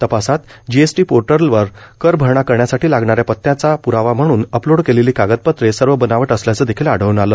तपासात जीएसटी पोर्टलवर कर भरणा करण्यासाठी लागणाऱ्या पत्यांचा पुरावा म्हणून अपलोड केलेली कागदपत्रे सर्व बनावट असल्याचं देखील आढळून आलं